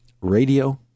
radio